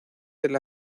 del